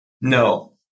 No